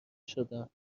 شدم